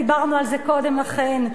דיברנו על זה קודם לכן,